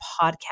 podcast